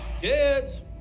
kids